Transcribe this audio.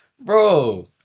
bro